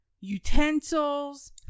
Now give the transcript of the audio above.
utensils